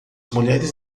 mulheres